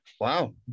Wow